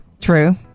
True